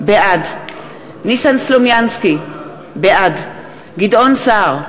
בעד ניסן סלומינסקי, בעד גדעון סער,